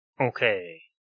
Okay